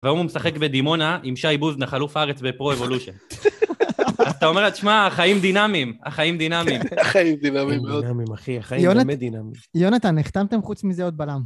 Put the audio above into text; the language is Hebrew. והוא משחק בדימונה עם שי בוזנח, אלוף הארץ בפרו-אבולושיין. אז אתה אומר, תשמע, החיים דינאמיים. החיים דינאמיים. החיים דינאמיים. דינאמיים, אחי, החיים באמת דינאמיים. יונתן, החתמתם חוץ מזה עוד בלם.